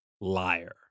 liar